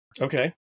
Okay